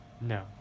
No